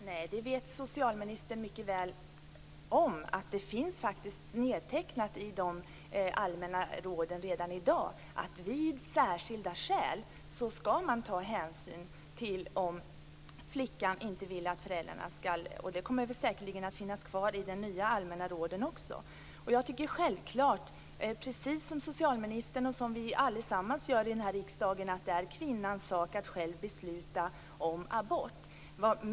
Herr talman! Socialministern vet mycket väl att det finns nedtecknat i de allmänna råden redan i dag att man om det finns särskilda skäl skall ta hänsyn till att flickan inte vill att föräldrarna skall få information. Det kommer säkerligen att finnas kvar i de nya allmänna råden. Jag tycker självklart, precis som socialministern och alla i denna riksdag, att det är kvinnans sak att själv besluta om abort.